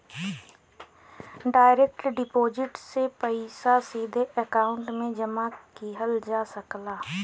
direct deposit से पइसा सीधे अकांउट में जमा किहल जा सकला